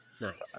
Nice